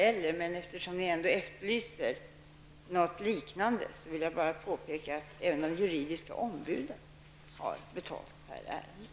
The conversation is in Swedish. Eftersom det ändå efterlyses ett liknande system, kan jag påpeka att även de juridiska ombuden har betalt per ärende.